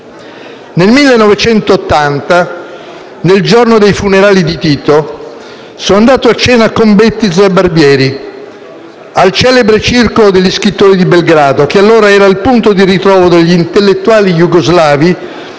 Nel 1980, nel giorno dei funerali di Tito, sono andato a cena con Bettiza e Barbieri al celebre Circolo degli scrittori di Belgrado, che allora era il punto di ritrovo degli intellettuali jugoslavi